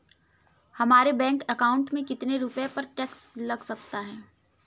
हमारे bank account में कितने रुपये पर टैक्स लग सकता है?